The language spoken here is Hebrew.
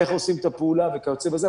איך עושים את הפעולה וכיוצא בזה,